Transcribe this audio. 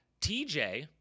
TJ